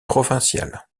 provincial